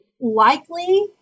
likely